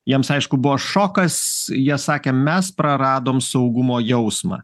jiems aišku buvo šokas jie sakė mes praradom saugumo jausmą